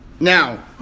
Now